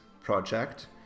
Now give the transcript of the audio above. project